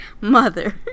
mother